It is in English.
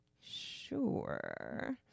sure